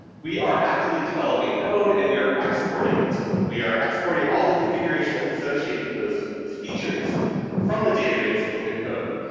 we are actively developing code, and we are exporting it, we are exporting all the configuration that's associated with those those features from the database into code,